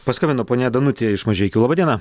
paskambino ponia danutė iš mažeikių laba diena